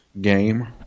game